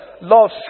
Lord